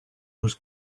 was